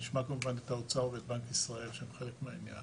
נשמע כמובן את האוצר ובנק ישראל שהם חלק מהעניין